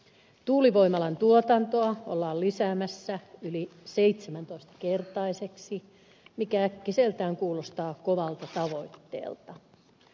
tuulivoimalan tuotantoa ollaan lisäämässä yli seitsemäntoistakertaiseksi mikä äkkiseltään kuulostaa kovalta tavoitteelta